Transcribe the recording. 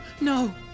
No